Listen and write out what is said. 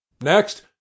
next